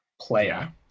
player